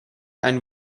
and